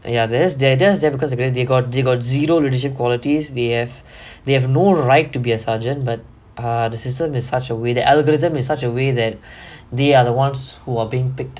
and ya there's there there's there because they got they got zero leadership qualities the if they have no right to be a sergeant but err the system in such a way that algorithm in such a way that they are the ones who are being picked